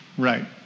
right